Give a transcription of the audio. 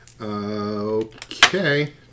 Okay